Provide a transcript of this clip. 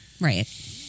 Right